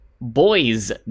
Boy's